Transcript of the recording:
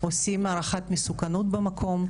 עושים הערכת מסוכנות במקום,